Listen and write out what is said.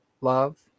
love